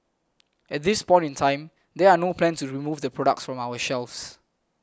at this point in time there are no plans remove the products from our shelves